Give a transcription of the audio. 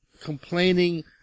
complaining